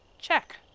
check